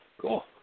Cool